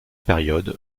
période